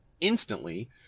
instantly